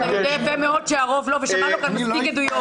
אבל אתה יודע שהרוב לא ושמענו כאן מספיק עדויות.